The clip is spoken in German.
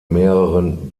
mehreren